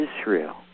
Israel